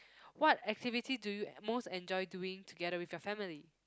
what activity do you most enjoy doing together with your family